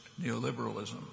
neoliberalism